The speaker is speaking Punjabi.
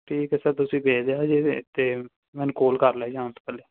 ਠੀਕ ਹੈ ਸਰ ਤੁਸੀਂ ਭੇਜ ਦਿਉ ਜੇ ਅਤੇ ਮੈਨੂੰ ਕੌਲ ਕਰ ਲਿਓ ਜੇ ਆਉਣ ਤੋਂ ਪਹਿਲੇ